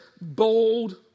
bold